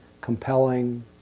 compelling